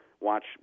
watch